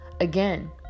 Again